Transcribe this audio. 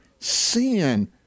Sin